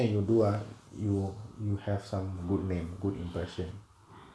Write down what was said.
you do ah you you have some good name good impression